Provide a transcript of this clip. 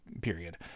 period